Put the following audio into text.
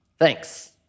Thanks